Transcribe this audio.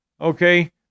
Okay